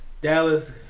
Dallas